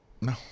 No